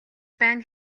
байна